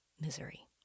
misery